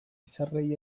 izarrei